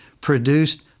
produced